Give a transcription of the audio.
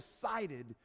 decided